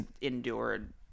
endured